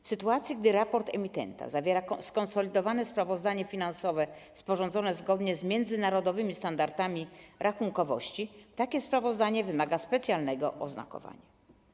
W sytuacji gdy raport emitenta zawiera skonsolidowane sprawozdanie finansowe sporządzone zgodnie z międzynarodowymi standardami rachunkowości, takie sprawozdanie wymaga specjalnego oznakowania.